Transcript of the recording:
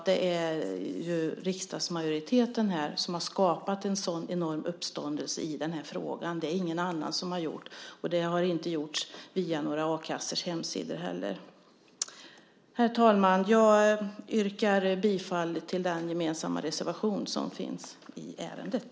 Det är ju riksdagsmajoriteten som har skapat en sådan enorm uppståndelse i den här frågan. Det är det ingen annan som har gjort. Och det har inte gjorts via några a-kassors hemsidor heller. Herr talman! Jag yrkar bifall till den gemensamma reservation som finns i ärendet.